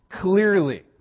Clearly